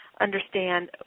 understand